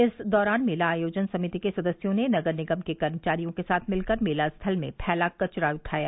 इस दौरान मेला आयोजन समिति के सदस्यों ने नगर निगम के कर्मचारियों के साथ मिलकर मेला स्थल में फैला कचरा उठाया